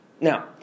Now